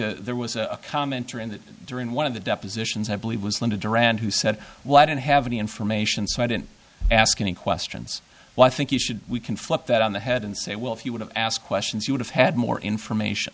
think there was a commenter in that during one of the depositions i believe was linda duran who said why didn't have any information so i didn't ask any questions well i think you should we can flip that on the head and say well if you would have asked questions you would have had more information